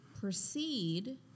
proceed